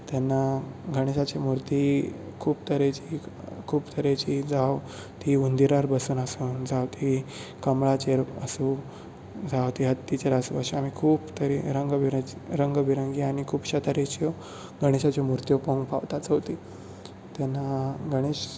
तेन्ना गणेशाची मुर्ती खूब तरेची खूब तरेची जावं ती हुंदरार बसून आसत जावं ती कमळाचेर आसूं जावं ती हत्तीचेर आसूं अशे आमी खूब तरेन रंग बिरंगी आनी खुबशा तरेच्यो गणेशाच्यो मुरर्त्यो पळोवूंक पावतात चवथीक तेन्ना गणेश